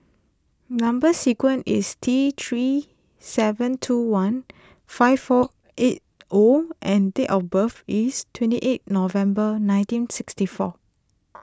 Number Sequence is T three seven two one five four eight O and date of birth is twenty eight November nineteen sixty four